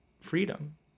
freedom